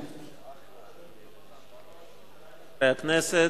גברתי היושבת-ראש, חברי הכנסת,